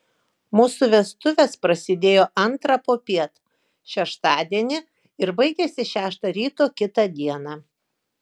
mūsų vestuvės prasidėjo antrą popiet šeštadienį ir baigėsi šeštą ryto kitą dieną